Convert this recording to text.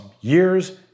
years